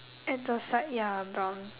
at the side ya brown